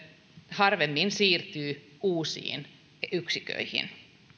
harvemmin siirtyy uusiin yksiköihin